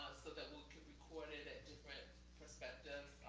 so that we could record it at different perspectives,